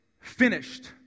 finished